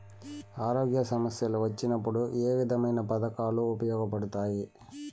ఆరోగ్య సమస్యలు వచ్చినప్పుడు ఏ విధమైన పథకాలు ఉపయోగపడతాయి